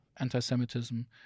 Anti-Semitism